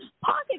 pocket